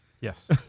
Yes